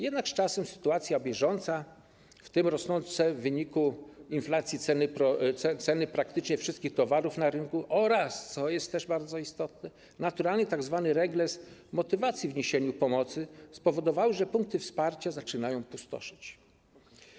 Jednak z czasem sytuacja bieżąca, w tym rosnące w wyniku inflacji ceny praktycznie wszystkich towarów na rynku, oraz, co jest też bardzo istotne, naturalny tzw. regres motywacji w niesieniu pomocy spowodowały, że punkty wsparcia zaczynają pustoszeć.